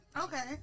okay